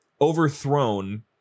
overthrown